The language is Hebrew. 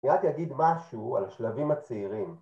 ‫אני רק אגיד משהו על השלבים הצעירים.